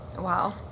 Wow